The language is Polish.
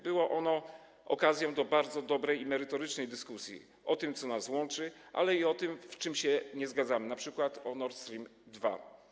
Było ono okazją do bardzo dobrej, merytorycznej dyskusji o tym, co nas łączy, ale i o tym, co do czego się nie zgadzamy, np. o Nord Stream 2.